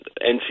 NC